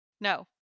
no